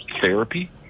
therapy